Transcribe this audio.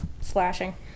slashing